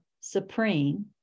supreme